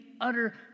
utter